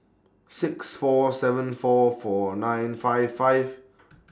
six four seven four four nine five five